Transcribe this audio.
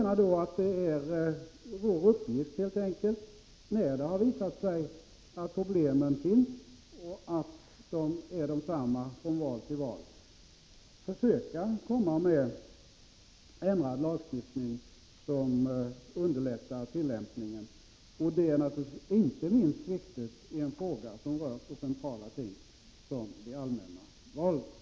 När det från val till val visar sig att problemen är desamma, är det vår uppgift att komma med förslag till en ändrad lagstiftning som är enklare att tillämpa. Detta är naturligtvis inte minst viktigt i en fråga som rör så centrala ting som de allmänna valen.